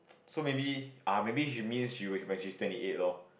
so maybe ah maybe she means she would when she is twenty eight lor